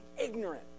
ignorant